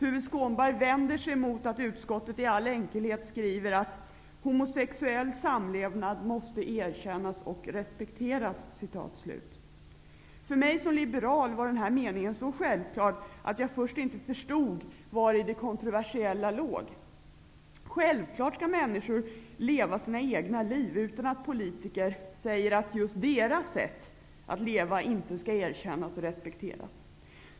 Tuve Skånberg vänder sig mot att utskottet i all enkelhet skriver: ''Homosexuell samlevnad måste erkännas och respekteras.'' För mig som liberal var den här meningen så självklar att jag först inte förstod vari det kontroversiella låg. Självklart skall människor leva sina egna liv utan uttalanden från politiker om att just deras sätt att leva inte skall erkännas och respekteras.